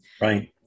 right